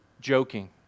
joking